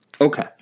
Okay